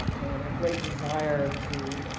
um and a great desire to